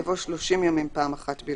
יבוא :"30 ימים פעם אחת בלבד".